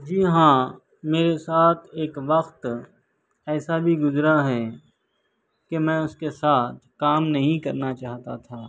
جی ہاں میرے ساتھ ایک وقت ایسا بھی گزرا ہے کہ میں اس کے ساتھ کام نہیں کرنا چاہتا تھا